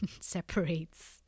separates